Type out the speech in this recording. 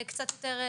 קצת יותר,